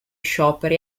scioperi